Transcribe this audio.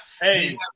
hey